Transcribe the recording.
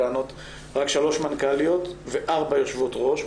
מכהנות רק שלוש מנכ"ליות וארבע יושבות-ראש,